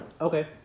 Okay